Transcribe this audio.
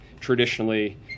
traditionally